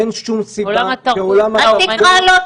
אין שום סיבה --- אל תקרא לו,